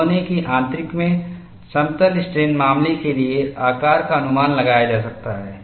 नमूना के आंतरिक में समतल स्ट्रेन मामले के लिए आकार का अनुमान लगाया जा सकता है